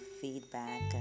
feedback